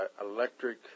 electric